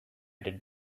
did